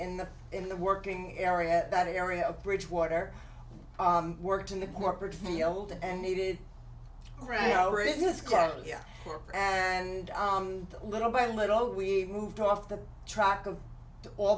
in the in the working area that area of bridgewater worked in the corporate field and needed right over in this current year and little by little we moved off the track of all